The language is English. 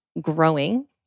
growing